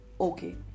Okay